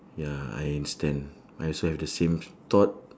ya I understand I also have the same thought